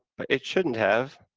but it shouldn't have.